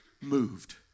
Moved